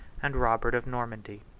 and robert of normandy.